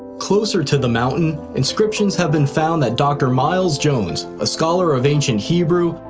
closer to the mountain, inscriptions have been found that dr. miles jones, a scholar of ancient hebrew,